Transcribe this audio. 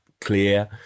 clear